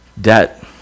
debt